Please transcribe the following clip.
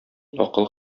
акыл